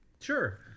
sure